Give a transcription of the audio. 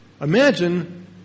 imagine